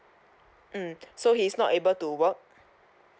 mm so he is not able to work